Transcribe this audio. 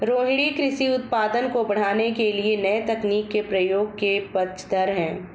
रोहिनी कृषि उत्पादन को बढ़ाने के लिए नए तकनीक के प्रयोग के पक्षधर है